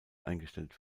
eingestellt